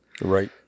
Right